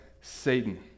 Satan